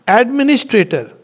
administrator